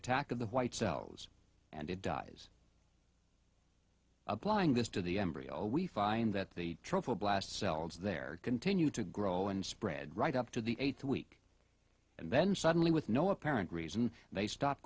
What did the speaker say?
attack of the white cells and it dies applying this to the embryo we find that the truffle blast cells there continue to grow and spread right up to the eighth week and then suddenly with no apparent reason they stop